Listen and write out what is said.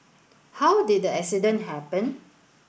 how did the accident happen